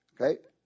Okay